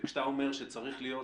וכשאתה אומר שצריך להיות,